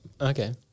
Okay